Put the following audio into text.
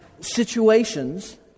situations